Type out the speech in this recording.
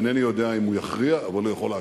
אינני יודע אם הוא יכריע, אבל הוא יכול להשפיע.